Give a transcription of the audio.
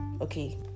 okay